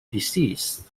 disease